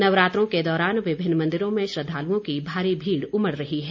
नवरात्रों के दौरान विभिन्न मंदिरों में श्रद्धालुओं की भारी भीड़ उमड़ रही है